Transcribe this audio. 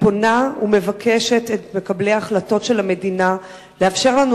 אני פונה ומבקשת ממקבלי ההחלטות של המדינה לאפשר לנו